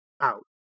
out